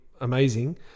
amazing